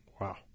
Wow